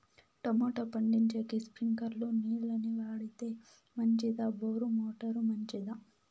Tomato పండించేకి స్ప్రింక్లర్లు నీళ్ళ ని వాడితే మంచిదా బోరు మోటారు మంచిదా?